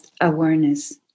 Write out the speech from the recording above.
awareness